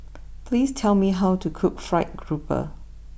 please tell me how to cook Fried grouper